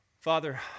Father